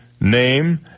name